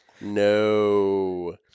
No